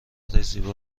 زیبا